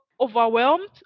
overwhelmed